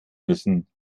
müssen